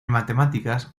matemáticas